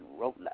roller